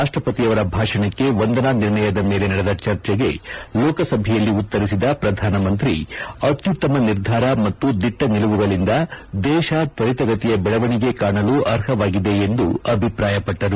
ರಾಷ್ಷಪತಿಯವರ ಭಾಷಣಕ್ಕೆ ವಂದನಾ ನಿರ್ಣಯದ ಮೇಲೆ ನಡೆದ ಚರ್ಚೆಗೆ ಲೋಕಸಭೆಯಲ್ಲಿ ಉತ್ತರಿಸಿದ ಪ್ರಧಾನಮಂತ್ರಿ ಅತ್ಯುತ್ತಮ ನಿರ್ಧಾರ ಮತ್ತು ದಿಟ್ಟ ನಿಲುವುಗಳಿಂದ ದೇಶ ತ್ವರಿತಗತಿಯ ಬೆಳವಣಿಗೆ ಕಾಣಲು ಅರ್ಹವಾಗಿದೆ ಎಂದು ಅಭಿಪ್ರಾಯಪಟ್ಟರು